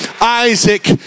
Isaac